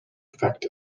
effect